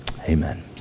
Amen